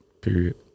Period